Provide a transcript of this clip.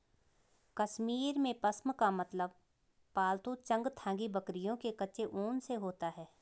कश्मीर में, पश्म का मतलब पालतू चंगथांगी बकरियों के कच्चे ऊन से होता है